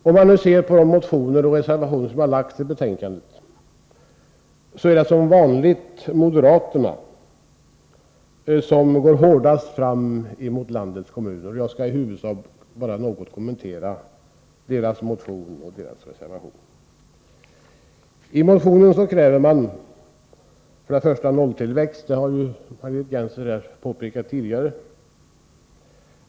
Om man ser på de motioner som väckts och de reservationer som fogats till betänkandet, finner man att det som vanligt är moderaterna som går hårdast fram mot landets kommuner, och jag skall i huvudsak kommentera moderaternas motion och deras reservation på den här punkten. I motionen kräver moderaterna först och främst nolltillväxt — det har ju Margit Gennser tidigare framhållit.